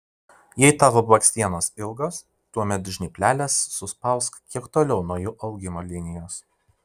jei tavo blakstienos ilgos tuomet žnypleles suspausk kiek toliau nuo jų augimo linijos